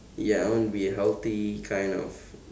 ya I want to be a healthy kind of